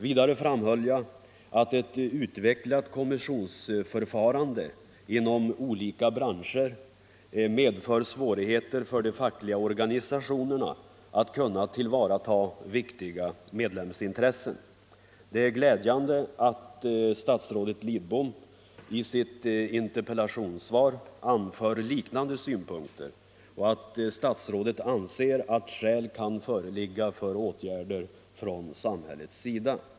Vidare framhöll jag att ett utvecklat kommissionsförfarande inom olika branscher medför svårigheter för de fackliga organisationerna att kunna tillvarata viktiga medlemsintressen. Det är glädjande att statsrådet Lidbom i sitt interpellationssvar anför liknande synpunkter och att statsrådet anser att skäl kan föreligga för åtgärder från samhällets sida.